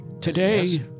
today